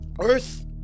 Earth